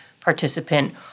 participant